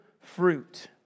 fruit